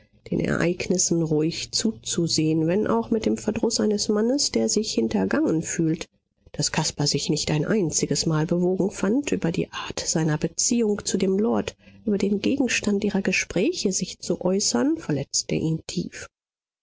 den ereignissen ruhig zuzusehen wenn auch mit dem verdruß eines mannes der sich hintergangen fühlt daß caspar sich nicht ein einziges mal bewogen fand über die art seiner beziehung zu dem lord über den gegenstand ihrer gespräche sich zu äußern verletzte ihn tief